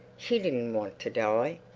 she didn't want to die.